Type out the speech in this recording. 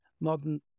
modern